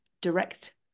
direct